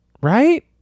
Right